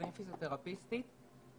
אני פיזיותרפיסטית.